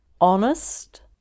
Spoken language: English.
Honest